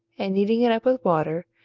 and kneading it up with water,